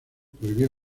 prohibió